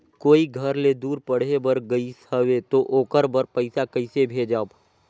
कोई घर ले दूर पढ़े बर गाईस हवे तो ओकर बर पइसा कइसे भेजब?